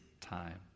time